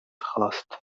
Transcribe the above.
خواست